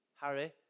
Harry